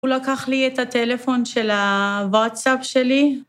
הוא לקח לי את הטלפון של הוואטסאפ שלי.